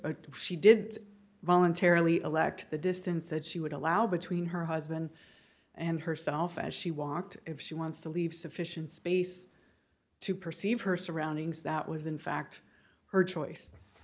is she did voluntarily elect the distance that she would allow between her husband and herself as she walked if she wants to leave sufficient space to perceive her surroundings that was in fact her choice